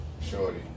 Shorty